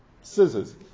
scissors